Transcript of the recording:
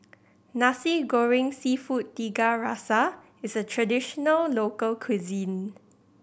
Nasi Goreng Seafood Tiga Rasa is a traditional local cuisine